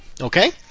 Okay